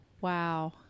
Wow